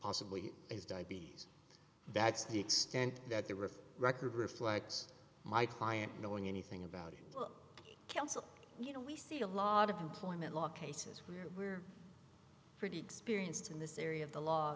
possibly his diabetes that's the extent that there were record reflects my client knowing anything about cancer you know we see a lot of employment law cases where we're pretty experienced in this area of the law